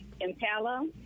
Impala